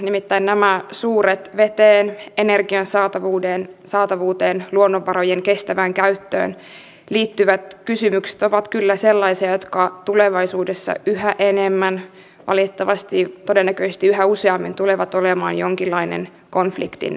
nimittäin nämä suuret veteen energian saatavuuteen luonnonvarojen kestävään käyttöön liittyvät kysymykset ovat kyllä sellaisia jotka tulevaisuudessa valitettavasti yhä enemmän yhä useammin todennäköisesti tulevat olemaan jonkinlainen konfliktin osasyy